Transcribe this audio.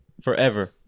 Forever